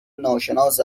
ناشناس